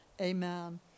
Amen